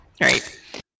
right